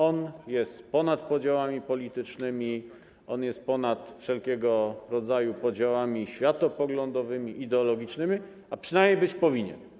On jest ponad podziałami politycznymi, on jest ponad wszelkiego rodzaju podziałami światopoglądowymi, ideologicznymi, a przynajmniej być powinien.